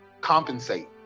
compensate